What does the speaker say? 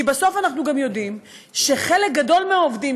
כי בסוף אנחנו גם יודעים שחלק גדול מהעובדים